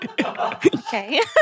Okay